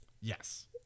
yes